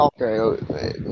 Okay